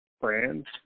brands